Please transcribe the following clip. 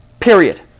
Period